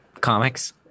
comics